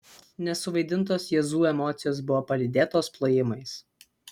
nesuvaidintos jazzu emocijos buvo palydėtos plojimais